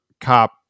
cop